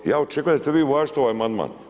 Ja očekujem da ćete vi uvažiti ovaj amandman.